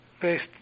based